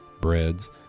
breads